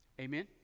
Amen